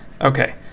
Okay